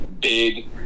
big